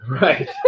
Right